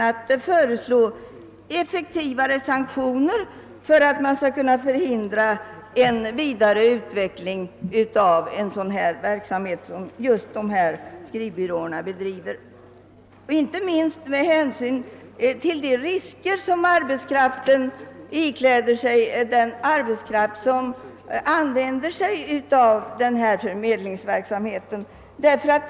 att' föreslå effektivare sanktioner för att man skall kunna förhindra en vidareutveckling av en sådan verksamhet som just dessa skrivbyråer bedriver, inte minst med hänsyn till de risker som den arbetskraft ikläder sig som anlitar förmedlingsverksamhet av detta slag.